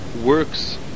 works